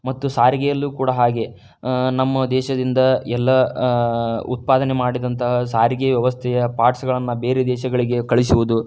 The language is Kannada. ಮತ್ತು ಸಾರಿಗೆಯಲ್ಲೂ ಕೂಡ ಹಾಗೆ ನಮ್ಮ ದೇಶದಿಂದ ಎಲ್ಲ ಉತ್ಪಾದನೆ ಮಾಡಿದಂತಹ ಸಾರಿಗೆ ವ್ಯವಸ್ಥೆಯ ಪಾರ್ಟ್ಸ್ಗಳನ್ನು ಬೇರೆ ದೇಶಗಳಿಗೆ ಕಳಿಸುವುದು